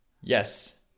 yes